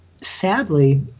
sadly